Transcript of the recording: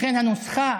לכן, הנוסחה